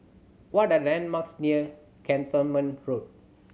what are the landmarks near Cantonment Road